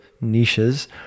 niches